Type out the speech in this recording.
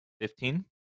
Fifteen